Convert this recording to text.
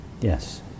Yes